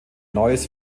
neues